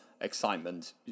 excitement